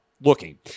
looking